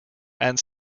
and